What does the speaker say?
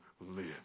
live